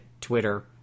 twitter